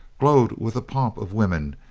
glowed with the pomp of women,